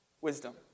wisdom